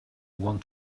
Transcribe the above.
want